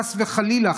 חס וחלילה,